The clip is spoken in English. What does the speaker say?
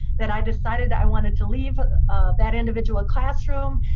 that i decided i wanted to leave that individual classroom,